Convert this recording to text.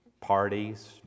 parties